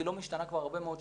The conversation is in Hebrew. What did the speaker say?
היא לא משתנה כבר הרבה שנים.